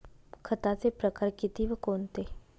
खताचे प्रकार किती व कोणते?